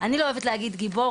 אני לא אוהבת להגיד גיבור,